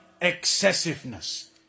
excessiveness